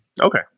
Okay